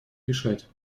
решать